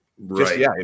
right